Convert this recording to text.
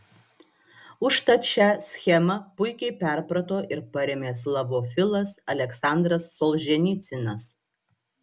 užtat šią schemą puikiai perprato ir parėmė slavofilas aleksandras solženicynas